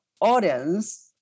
audience